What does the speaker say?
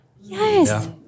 Yes